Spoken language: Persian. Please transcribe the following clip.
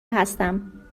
هستم